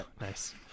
Nice